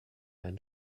einen